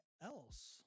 else